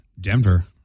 Denver